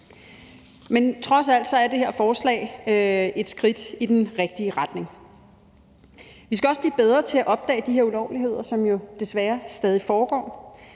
Men trods alt er det her forslag et skridt i den rigtige retning. Vi skal også blive bedre til at opdage de her ulovligheder, som jo desværre stadig foregår,